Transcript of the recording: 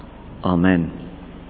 Amen